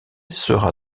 sera